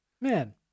Man